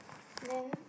then